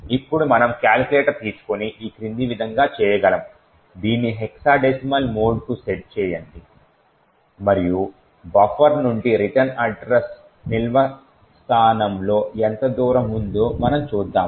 ఇప్పుడు మనము కాలిక్యులేటర్ను తీసుకుని ఈ క్రింది విధంగా చేయగలము దీన్ని హెక్సాడెసిమల్ మోడ్కు సెట్ చేయండి మరియు బఫర్ నుండి రిటర్న్ అడ్రస్ నిల్వ స్థానంలో ఎంత దూరం ఉందో మనం చూద్దాం